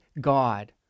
God